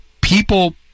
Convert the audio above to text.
people